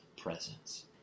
presence